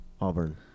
Auburn